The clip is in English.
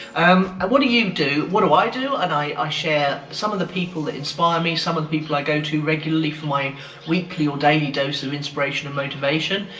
um what do you do? what do i do, and i share some of the people that inspire me, some of the people i go to regularly for my weekly or daily dose of inspiration or motivation,